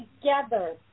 together